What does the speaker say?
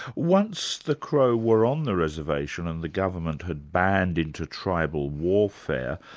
once the crow were on the reservation and the government had banned inter-tribal warfare,